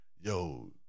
yo